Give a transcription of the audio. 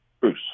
Bruce